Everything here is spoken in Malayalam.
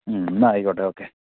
മ്മ് എന്നാൽ ആയിക്കോട്ടെ ഓക്കേ